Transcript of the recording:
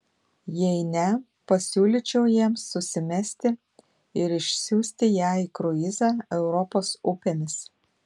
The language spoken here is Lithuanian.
jei ne pasiūlyčiau jiems susimesti ir išsiųsti ją į kruizą europos upėmis